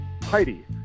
Heidi